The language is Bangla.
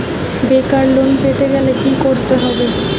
বেকার লোন পেতে গেলে কি করতে হবে?